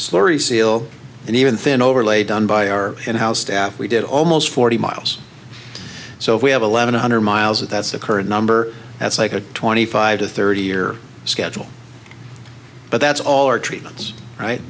slurry seal and even thin overlay done by our in house staff we did almost forty miles so if we have eleven hundred miles that's the current number that's like a twenty five to thirty year schedule but that's all or treatments right